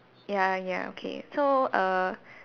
ya ya okay so err